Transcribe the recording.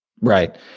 Right